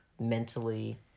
mentally